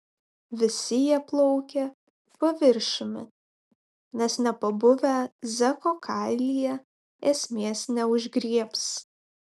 visi jie plaukia paviršiumi nes nepabuvę zeko kailyje esmės neužgriebs